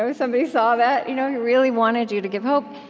so somebody saw that? you know he really wanted you to give hope.